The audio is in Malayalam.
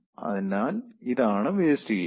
അതിനാൽ ഇതാണ് വേസ്റ്റ് ഹീറ്റ്